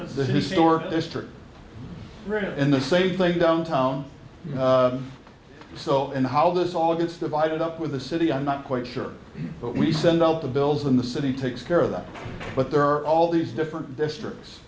the historic district writ in the safe play downtown so and how this all gets divided up with the city i'm not quite sure but we send out the bills in the city takes care of that but there are all these different districts